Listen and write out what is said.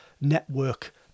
network